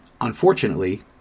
unfortunately